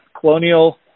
Colonial